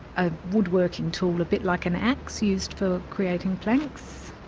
a woodworking tool a bit like an axe, used for creating planks.